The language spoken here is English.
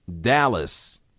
Dallas